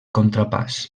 contrapàs